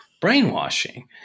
brainwashing